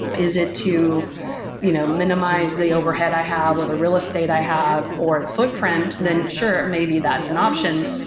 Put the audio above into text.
is it to you know minimize the overhead i have, or the real estate i have, or the footprint? then sure, maybe that's an option.